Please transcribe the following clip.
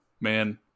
man